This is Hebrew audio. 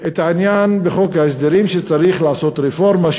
את העניין בחוק ההסדרים, שצריך לעשות רפורמה.